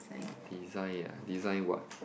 design ah design what